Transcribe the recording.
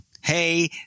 Hey